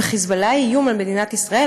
ו"חיזבאללה" הוא איום על מדינת ישראל,